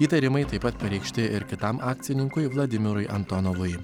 įtarimai taip pat pareikšti ir kitam akcininkui vladimirui antonovui